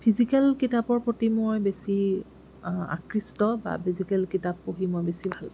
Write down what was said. physical কিতাপৰ প্ৰতি মই বেছি আকৃষ্ট বা ফিজিকেল কিতাপ পঢ়ি মই বেছি ভালপাওঁ